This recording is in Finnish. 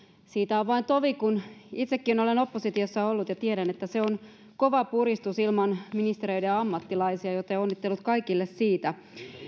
siitä on vain tovi kun itsekin olen oppositiossa ollut ja tiedän että se on kova puristus ilman ministereiden ammattilaisia joten onnittelut kaikille siitä